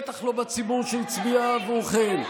בטח לא בציבור שהצביע עבורכם.